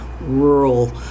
rural